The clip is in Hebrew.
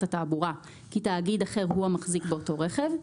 התעבורה כי תאגיד אחר הוא המחזיק באותו רכב,